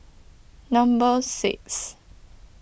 number six